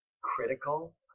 critical